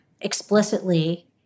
explicitly